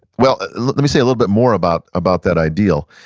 well, let me say a little bit more about about that ideal.